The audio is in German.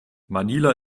manila